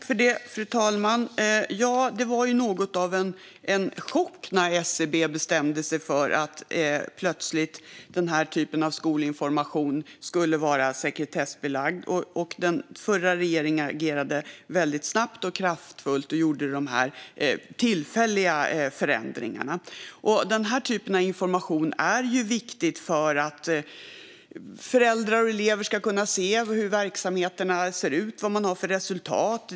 Fru talman! Det var något av en chock när SCB bestämde sig för att den här typen av skolinformation plötsligt skulle vara sekretessbelagd. Den förra regeringen agerade väldigt snabbt och kraftfullt och gjorde tillfälliga förändringar. Den här typen av information är viktig för att föräldrar och elever ska kunna se hur verksamheterna ser ut och vad de har för resultat.